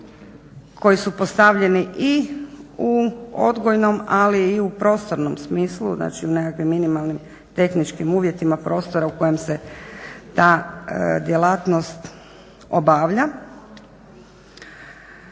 koji su postavljeni i u odgojnom, ali i u prostornom smislu, znači nekakvim minimalnim tehničkim uvjetima prostora u kojem se ta djelatnost obavlja.